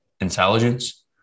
Intelligence